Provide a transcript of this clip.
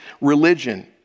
religion